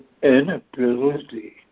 inability